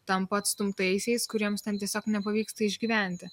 tampa atstumtaisiais kuriems ten tiesiog nepavyksta išgyventi